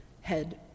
head